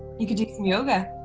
you could do some yoga.